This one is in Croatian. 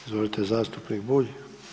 Izvolite zastupnik Bulj.